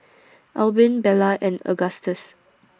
Albin Bella and Agustus